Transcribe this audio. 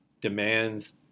demands